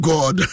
God